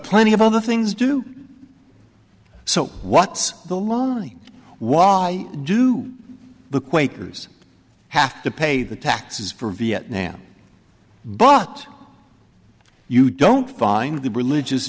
plenty of other things do so what's the line why do the quakers have to pay the taxes for viet nam but you don't find the religious